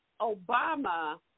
Obama